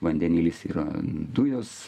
vandenilis yra dujos